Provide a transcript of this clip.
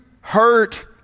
hurt